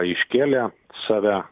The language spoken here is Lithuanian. iškėlė save